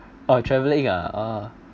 oh travelling ah oh